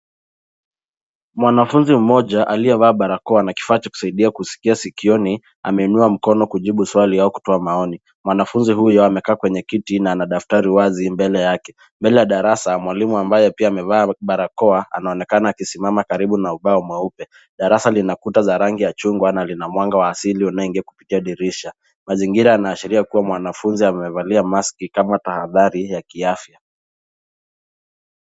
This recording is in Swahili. Mwanafunzi mmoja aliyevaa barakoa na kifaa cha kusaidia kusikia sikioni, ameinua mkono kujibu swali au kutoa maoni. Mwanafunzi huyo amekaa kwenye kiti na ana daftari wazi mbele yake. Mbele ya darasa mwalimu ambaye pia amevaa barakoa anaonekana akisimama karibu na ubao mweupe. Darasa lina kuta za rangi ya chungwa na lina mwanga wa asili unaoingia kupitia dirisha. Mazingira yanaashiria kuwa mwanafunzi amevalia maski kama tahadhari ya kiafya.